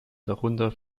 darunter